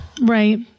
right